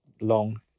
long